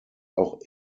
auch